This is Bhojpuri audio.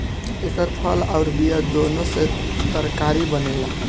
एकर फल अउर बिया दूनो से तरकारी बनेला